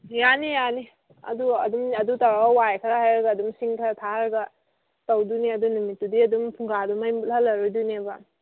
ꯌꯥꯅꯤ ꯌꯥꯅꯤ ꯑꯗꯨ ꯑꯗꯨꯝ ꯑꯗꯨ ꯇꯧꯔꯒ ꯋꯥꯏ ꯈꯔ ꯂꯧꯔꯒ ꯑꯗꯨꯝ ꯁꯤꯡ ꯈꯔ ꯊꯥꯔꯒ ꯇꯧꯗꯣꯏꯅꯦ ꯑꯗꯨ ꯅꯨꯃꯤꯠꯇꯨꯗꯤ ꯑꯗꯨꯝ ꯐꯨꯡꯒꯥꯗꯣ ꯃꯩ ꯃꯨꯠꯍꯜꯂꯔꯣꯏꯗꯣꯏꯅꯦꯕ